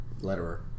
Letterer